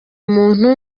umuntu